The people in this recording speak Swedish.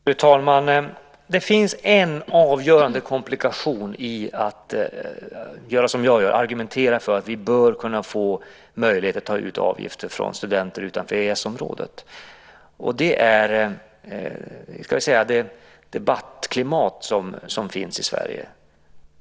Fru talman! Det finns en avgörande komplikation i att göra som jag gör, argumentera för att vi bör kunna få möjlighet att ta ut avgifter från studenter från länder utanför EES-området, och det är det debattklimat som finns i Sverige.